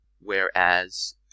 Whereas